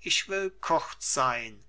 ich will kurz sein